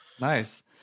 nice